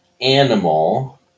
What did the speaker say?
animal